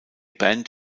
band